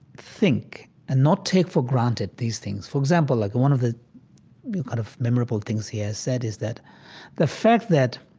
think and not take for granted these things. for example, like one of the kind of memorable things he has said is that the fact that